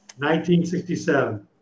1967